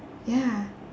ya